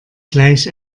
gleich